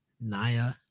Naya